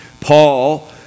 Paul